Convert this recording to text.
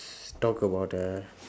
~s talk about the